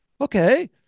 okay